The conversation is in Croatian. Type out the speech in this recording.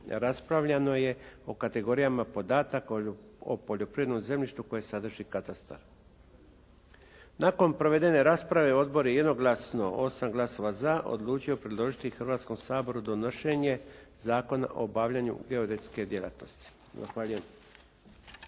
raspravljeno je o kategorijama podataka o poljoprivrednom zemljištu koje sadrži katastar. Nakon provedene rasprave odbor je jednoglasno 8 glasova za odlučio predložiti Hrvatskom saboru donošenje Zakona o obavljanju geodetske djelatnosti.